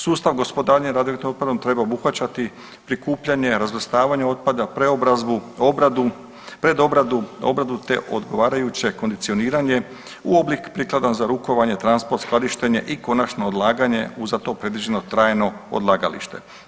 Sustav gospodarenja radioaktivnim otpadom treba obuhvaćati prikupljanje, razvrstavanje otpada, preobrazbu, obradu, predobradu, obradu te odgovarajuće kondicioniranje u oblik prikladan za rukovanje, transport, skladištenje i konačno odlaganje u za to predviđeno trajno odlagalište.